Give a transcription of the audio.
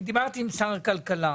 דיברתי עם שר הכלכלה.